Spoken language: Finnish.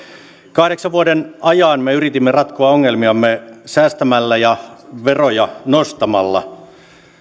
kahdeksan vuoden ajan me yritimme ratkoa ongelmiamme säästämällä ja veroja nostamalla